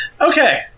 Okay